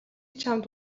чамд